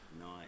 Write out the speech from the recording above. Nice